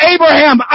Abraham